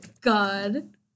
God